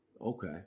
Okay